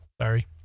sorry